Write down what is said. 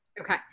Okay